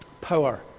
Power